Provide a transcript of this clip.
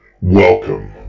Welcome